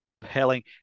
Compelling